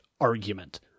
argument